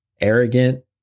arrogant